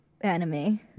anime